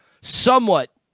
somewhat